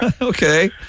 Okay